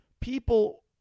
people